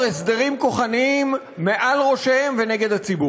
הסדרים כוחניים מעל ראשיהם ונגד הציבור.